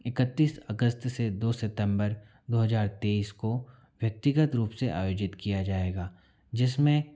इकत्तीस अगस्त से दो सितम्बर दो हजार तेईस को व्यक्तिगत रूप से आयोजित किया जाएगा जिसमें